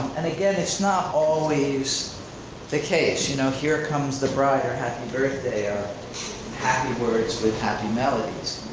and again, it's not always the case. you know, here comes the bride or happy birthday or happy words with happy melodies.